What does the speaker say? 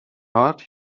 heart